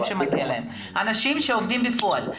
שמגיע להם אלא על אנשים שעובדים בפועל.